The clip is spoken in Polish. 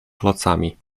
klocami